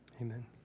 Amen